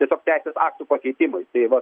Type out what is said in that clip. tiesiog teisės aktų pakeitimai tai vat